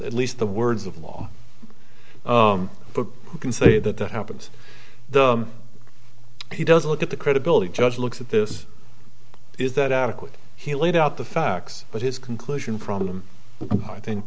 at least the words of law but you can say that that happens though he doesn't look at the credibility judge looks at this is that adequate he laid out the facts but his conclusion from them i think